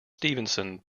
stevenson